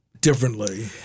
differently